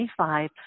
25